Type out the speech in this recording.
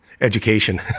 education